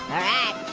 alright.